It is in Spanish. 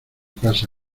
casa